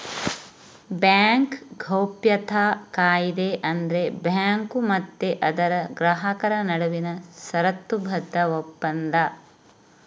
bank ಗೌಪ್ಯತಾ ಕಾಯಿದೆ ಅಂದ್ರೆ ಬ್ಯಾಂಕು ಮತ್ತೆ ಅದರ ಗ್ರಾಹಕರ ನಡುವಿನ ಷರತ್ತುಬದ್ಧ ಒಪ್ಪಂದ